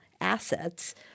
assets